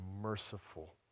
merciful